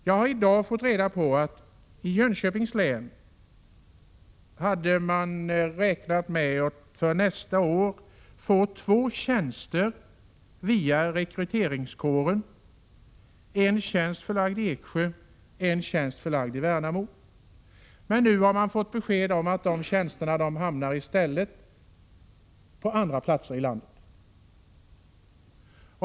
Jag har i dag fått reda på att man i Jönköpings län hade räknat med att för nästa år få två tjänster via rekryteringskåren — en tjänst förlagd till Eksjö och en tjänst förlagd till Värnamo. Men nu har man fått besked om att dessa tjänster i stället hamnar på andra platser i landet.